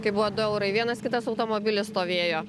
kai buvo du eurai vienas kitas automobilis stovėjo